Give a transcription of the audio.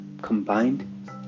combined